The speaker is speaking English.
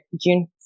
June